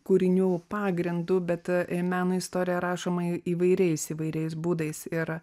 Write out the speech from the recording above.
kūrinių pagrindu bet meno istorija rašoma įvairiais įvairiais būdais ir